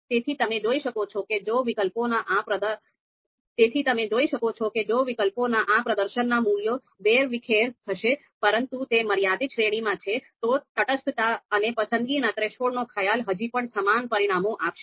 તેથી તમે જોઈ શકો છો કે જો વિકલ્પોના આ પ્રદર્શનના મૂલ્યો વેરવિખેર હશે પરંતુ તે મર્યાદિત શ્રેણીમાં છે તો તટસ્થતા અને પસંદગીના થ્રેશોલ્ડનો ખ્યાલ હજી પણ સમાન પરિણામો આપશે